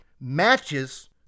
matches